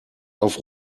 auf